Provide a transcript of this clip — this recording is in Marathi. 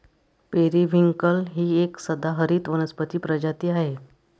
पेरिव्हिंकल ही एक सदाहरित वनस्पती प्रजाती आहे